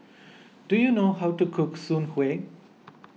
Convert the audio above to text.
do you know how to cook Soon Kueh